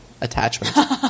attachment